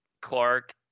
Clark